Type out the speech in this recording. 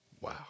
Wow